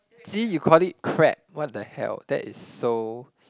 see you call it crap what the hell that is so